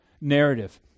narrative